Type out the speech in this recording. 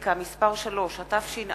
הסטטיסטיקה (מס' 3), התש"ע